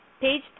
page